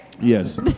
Yes